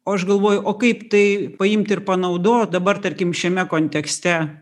o aš galvoju o kaip tai paimt ir panaudot dabar tarkim šiame kontekste